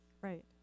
right